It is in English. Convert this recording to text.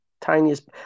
tiniest